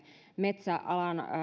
metsäalan